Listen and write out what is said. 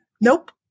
Nope